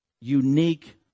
unique